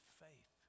faith